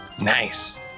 Nice